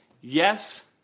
yes